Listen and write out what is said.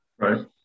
Right